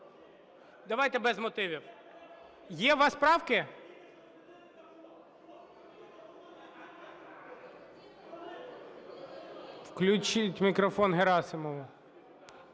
Давайте без мотивів. Є у вас правки? Включіть мікрофон Герасимову.